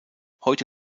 heute